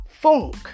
funk